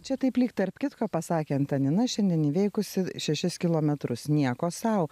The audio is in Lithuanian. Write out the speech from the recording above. čia taip lyg tarp kitko pasakė antanina šiandien įveikusi šešis kilometrus nieko sau